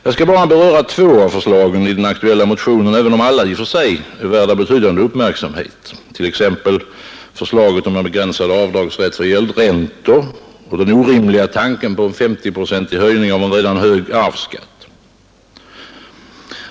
Jag skall bara beröra två av förslagen i den aktuella motionen, även om alla förslagen i och för sig är värda betydande uppmärksamhet — t.ex. förslaget om begränsad avdragsrätt för gäldräntor och den orimliga tanken på en 50-procentig höjning av en redan hög arvsskatt.